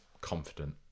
confident